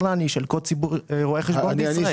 להעניש את כל ציבור רואי החשבון בישראל.